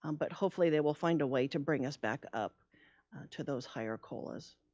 um but hopefully they will find a way to bring us back up to those higher colas.